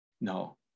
No